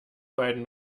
beiden